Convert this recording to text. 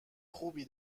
خوبی